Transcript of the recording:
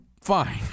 fine